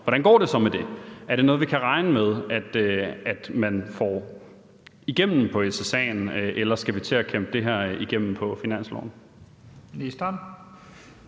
så går med det? Er det noget, vi kan regne med at man får igennem på SSA'en, eller skal vi til at kæmpe det igennem på finansloven?